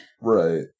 Right